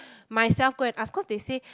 myself go and ask cause they say